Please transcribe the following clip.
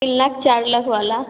तीन लाख चार लाख वाला